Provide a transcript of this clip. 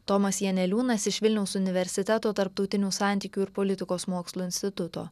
tomas janeliūnas iš vilniaus universiteto tarptautinių santykių ir politikos mokslų instituto